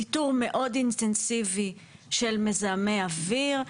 ניטור מאוד אינטנסיבי של מזהמי אוויר,